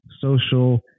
social